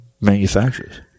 manufacturers